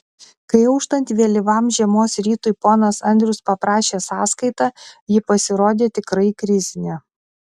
kai auštant vėlyvam žiemos rytui ponas andrius paprašė sąskaitą ji pasirodė tikrai krizinė